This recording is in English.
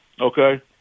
okay